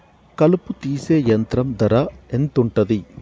కలుపు తీసే యంత్రం ధర ఎంతుటది?